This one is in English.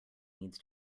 needs